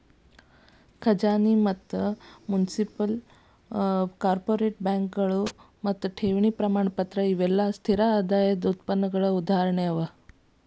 ಖಜಾನಿ ಮತ್ತ municipal, corporate ಬಾಂಡ್ಗಳು ಮತ್ತು ಠೇವಣಿ ಪ್ರಮಾಣಪತ್ರ ಇವೆಲ್ಲಾ ಸ್ಥಿರ ಆದಾಯದ್ ಉತ್ಪನ್ನಗಳ ಉದಾಹರಣೆ ಅವ